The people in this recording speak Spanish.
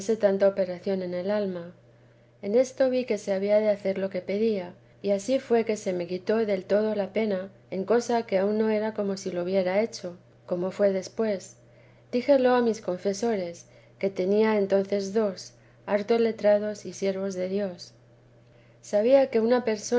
tanta operación en el alma en esto vi que se había de hacer lo que pedía y ansí fué que se me quitó del todo la pena en cosa que aun no era como si lo hubiera hecho como fué después díjelo a mis confesores que tenía entonces dos harto letrados y siervos de dios sabía que una